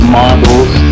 models